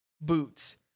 boots